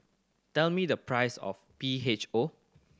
tell me the price of P H O